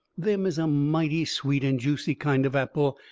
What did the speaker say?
them is a mighty sweet and juicy kind of apple,